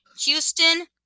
Houston